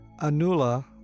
Anula